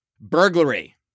Burglary